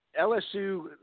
LSU